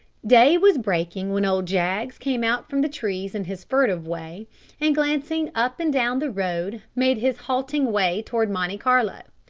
day was breaking when old jaggs came out from the trees in his furtive way and glancing up and down the road made his halting way toward monte carlo.